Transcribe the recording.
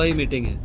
meeting.